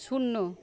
শূন্য